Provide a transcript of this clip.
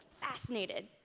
fascinated